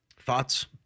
Thoughts